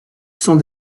sont